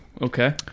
okay